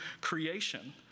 creation